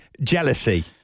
jealousy